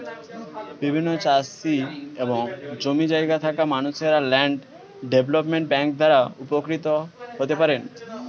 বিভিন্ন চাষি এবং জমি জায়গা থাকা মানুষরা ল্যান্ড ডেভেলপমেন্ট ব্যাংক দ্বারা উপকৃত হতে পারেন